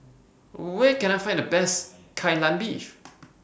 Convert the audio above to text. Where Can I Find The Best Kai Lan Beef